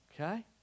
Okay